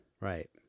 Right